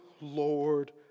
Lord